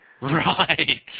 Right